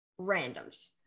randoms